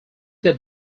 their